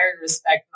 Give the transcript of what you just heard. respect